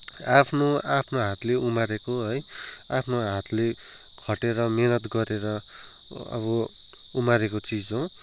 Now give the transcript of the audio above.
आफ्नो आफ्नो हातले उमारेको है आफ्नो हातले खटेर मेहनत गरेर अब उमारेको चिज हो